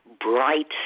bright